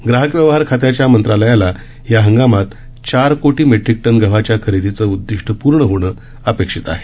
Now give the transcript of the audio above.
ग्राहक व्यवहार खात्याच्या मंत्रालयाला या हंगामात चार कोटी मेट्रिक टन गव्हाच्या खरेदीचं उद्दिष्ट पूर्ण होणं अपेक्षित आहे